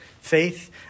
Faith